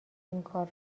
اینکار